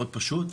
מאוד פשוט,